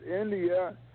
India